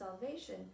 salvation